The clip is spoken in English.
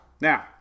Now